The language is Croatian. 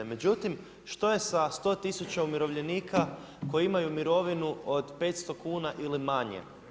Međutim, što je sa 100 tisuća umirovljenika koji imaju mirovinu od 500 kuna ili manje?